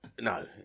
No